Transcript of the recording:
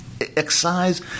excise